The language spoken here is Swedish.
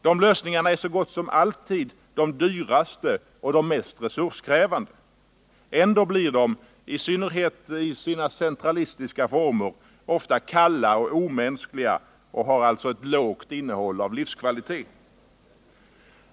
Dessa är så gott som alltid de dyraste och mest resurskrävande. Ändå blir de, i synnerhet i sina centralistiska former, ofta kalla och omänskliga och har alltså låg livskvalitet.